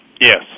Yes